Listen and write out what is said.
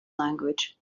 language